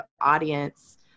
audience